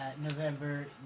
November